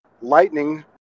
Lightning